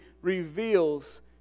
reveals